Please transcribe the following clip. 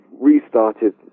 restarted